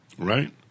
Right